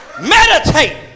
Meditate